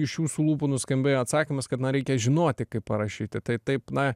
iš jūsų lūpų nuskambėjo atsakymas kad na reikia žinoti kaip parašyti tai taip na